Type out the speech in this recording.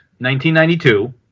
1992